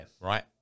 Right